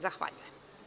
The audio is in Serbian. Zahvaljujem.